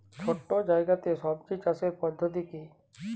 ছোট্ট জায়গাতে সবজি চাষের পদ্ধতিটি কী?